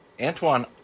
Antoine